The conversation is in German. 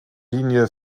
linie